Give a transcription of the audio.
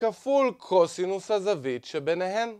כפול קוסינוס הזווית שביניהם